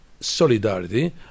solidarity